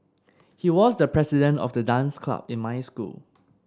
he was the president of the dance club in my school